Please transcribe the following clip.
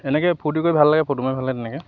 এনে ফূৰ্তি কৰি ভাল লাগে ফটো মাৰি ভাল লাগে তেনেকৈ